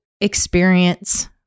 experience